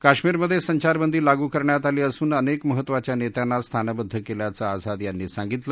काश्मिरमधसिचारबंदी लागू करण्यात आली असून अनक्रीमहत्वाच्या नस्यिांना स्थानबद्व कल्याचं आझाद यांनी सांगितलं